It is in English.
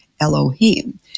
Elohim